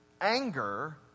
anger